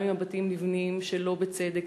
גם אם הבתים נבנים שלא בצדק,